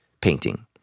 painting